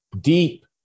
deep